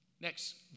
Next